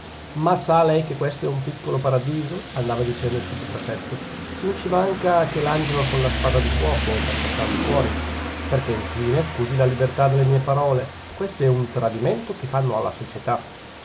ma sa lei che questo è un piccolo paradiso andava dicendo il sottoprefetto non ci manca che l'angelo con la spada di fuoco per cacciarli fuori perchè infine scusi la libertà delle mie parole questo è un tradimento che fanno alla società